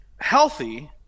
Healthy